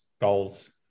goals